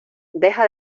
deja